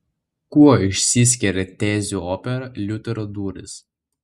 kuo išsiskiria tezių opera liuterio durys